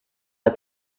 but